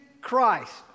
Christ